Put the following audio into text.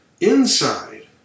inside